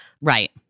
Right